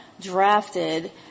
drafted